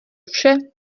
vše